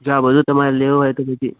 જો આ બધું તમારે લેવું હોય તો બીજી